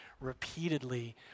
repeatedly